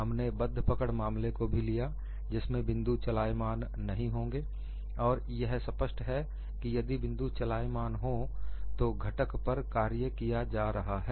हमने बद्ध पकड़ मामले को भी लिया जिसमें बिंदु चलायमान नही होंगें और यह स्पष्ट है कि यदि बिंदु चलायमान हो तो घटक पर कार्य किया जा रहा है